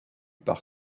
par